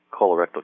colorectal